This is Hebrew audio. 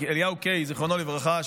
זיכרונו לברכה,